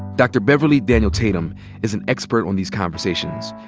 dr. beverly daniel tatum is an expert on these conversations.